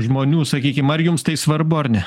žmonių sakykim ar jums tai svarbu ar ne